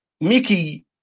Mickey